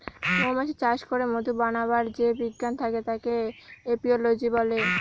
মৌমাছি চাষ করে মধু বানাবার যে বিজ্ঞান থাকে তাকে এপিওলোজি বলে